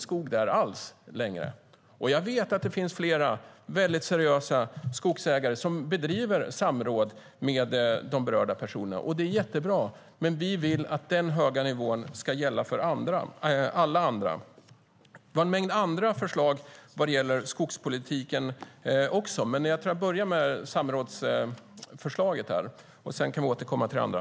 Jag vet att det finns flera seriösa skogsägare som bedriver samråd med de berörda. Det är jättebra, men vi vill att den höga nivån ska gälla för alla andra också. Vi har en mängd andra förslag också vad gäller skogspolitiken, men jag börjar med samrådsförslaget. Sedan kan vi återkomma till det andra.